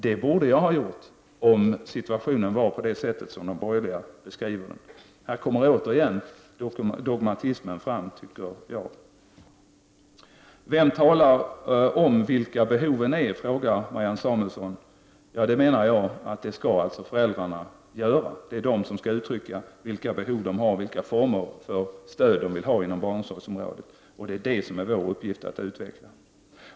Det borde jag ha gjort, om situationen var sådan som de borgerliga beskriver den. Här kommer återigen dogmatismen fram, tycker jag. Vem talar om vilka behoven är, frågade Marianne Samulesson. Det menar jag alltså att föräldrarna skall göra. De skall uttrycka vilka behov de har, vilka former för stöd de vill ha på barnomsorgsområdet. Det är de formerna som det är vår uppgift att utveckla.